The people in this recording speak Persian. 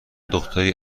دختری